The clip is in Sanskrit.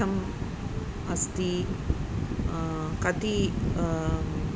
कथम् अस्ति कति